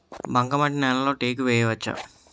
బంకమట్టి నేలలో టేకు వేయవచ్చా?